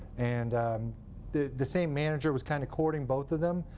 and um the the same manager was kind of courting both of them,